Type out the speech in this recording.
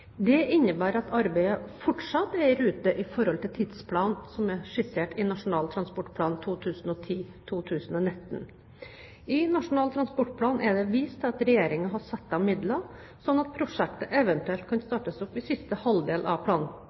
innebærer at arbeidet fortsatt er i rute i forhold til tidsplanen som er skissert i Nasjonal transportplan 2010–2019. I Nasjonal transportplan er det vist til at regjeringen har satt av midler, slik at prosjektet eventuelt kan startes opp i siste halvdel av